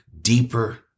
deeper